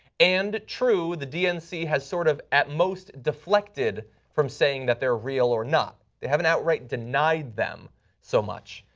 and true, the dnc has sort of at most deflected from saying that they are real or not. they haven't outright deny them so much.